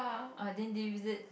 ah then did you use it